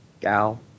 gal